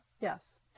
Yes